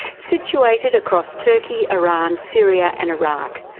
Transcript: situated across turkey, iran, syria and iraq,